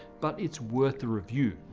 but it's worth a review.